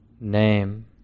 name